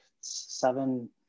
seven